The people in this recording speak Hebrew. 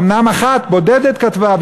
אומנם אחת בודדת כתבה,